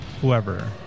whoever